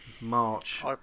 March